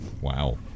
wow